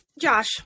Josh